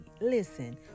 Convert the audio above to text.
listen